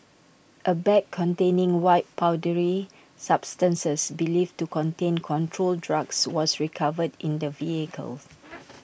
A bag containing white powdery substances believed to contain controlled drugs was recovered in the vehicle